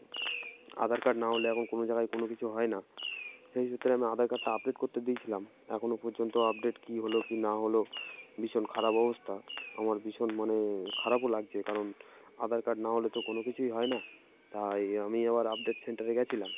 আধার card না হলে এখন কোনো জায়গায় কোনো কিছু হয় না সেই সূত্রে আমি আধার কার্ডটা আপডেট করতে দিয়েছিলাম এখনও পর্যন্ত আপডেট কী হলো কী না হলো ভীষণ খারাপ অবস্থা আমার ভীষণ মানে খারাপও লাগছে কারণ আধার কার্ড না হলে তো কোনো কিছুই হয় না তাই আমি আবার আপডেট সেন্টারে গিয়েছিলাম